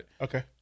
Okay